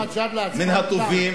מן הטובים.